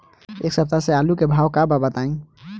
एक सप्ताह से आलू के औसत भाव का बा बताई?